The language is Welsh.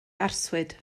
arswyd